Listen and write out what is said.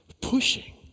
Pushing